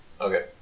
Okay